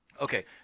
Okay